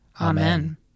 Amen